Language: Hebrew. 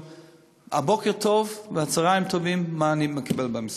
ה"בוקר טוב" וה"צהריים טובים" שאני מקבל במשרד.